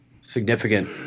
significant